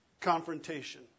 confrontation